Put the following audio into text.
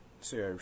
see